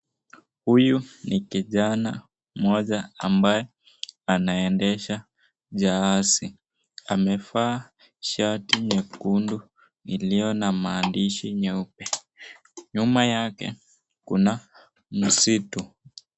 Huyu ni kijana mmoja ambaye anaendesha jahazi. Amevaa shati nyekundu iliona maandishi nyeupe. Nyuma yake kuna msitu.